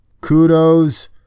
Kudos